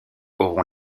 auront